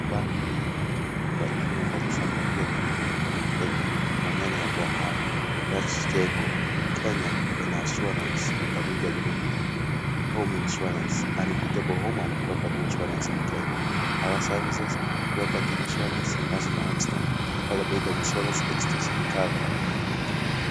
Bango hili, nyumba ikiwa imevalisha kofia, nyekundu yenye maneno yafuatayo; (cs) Letshego Kenya Bancassurance Intermediary Limited Home Insurance Unbeatable home & property insurance in Kenya Our services Property Insurance Personal Accident Valuable Items Insurance Extension of Covers and more (cs).